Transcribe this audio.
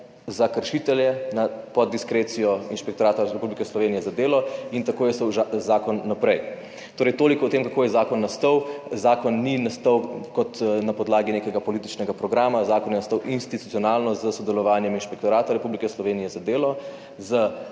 za kršitelje pod diskrecijo Inšpektorata Republike Slovenije za delo. In tako je šel zakon naprej. Torej, toliko o tem, kako je zakon nastal. Zakon ni nastal kot na podlagi nekega političnega programa. Zakon je nastal institucionalno s sodelovanjem Inšpektorata Republike Slovenije za delo